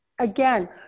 again